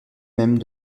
même